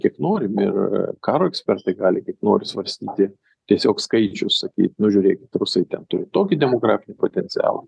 kiek norim ir karo ekspertai gali kiek nori svarstyti tiesiog skaičių sakyt nu žiūrėkit rusai ten turi tokį demografinį potencialą